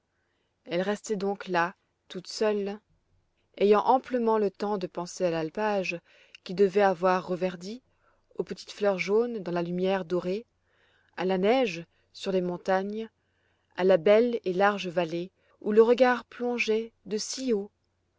elle restait donc là toute seule ayant amplement le temps de penser à l'alpage qui devait avoir reverdi aux petites fleurs jaunes dans la lumière dorée à la neige sur les montagnes à la belle et large vallée où le regard plongeait de si